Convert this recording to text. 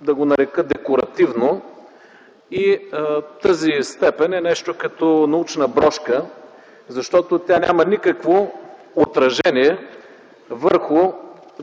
да го нарека, декоративно и тази степен е нещо като научна брошка, защото тя няма никакво отражение върху